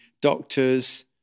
doctors